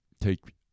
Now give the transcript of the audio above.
take